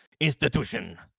institution